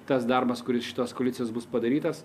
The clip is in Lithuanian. tas darbas kuris šitos koalicijos bus padarytas